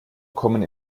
kommen